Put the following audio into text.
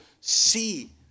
see